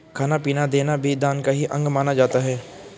खाना पीना देना भी दान का ही अंग माना जाता है